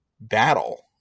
battle